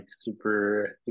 super